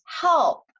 help